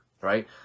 right